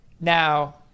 Now